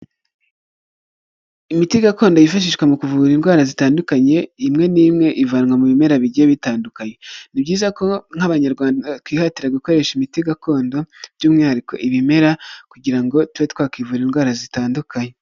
Imiti gakondo yifashishwa mu kuvura indwara zitandukanye imwe n'imwe ivanwa mu bimera bigiye bitandukanye. Ni byiza ko nk'abanyarwanda twihatira gukoresha imiti gakondo by'umwihariko ibimera, kugira ngo tube twakivura indwara zitandukanye.